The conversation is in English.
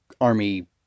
Army